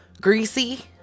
greasy